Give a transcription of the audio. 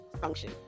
Function